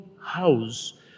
house